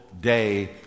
day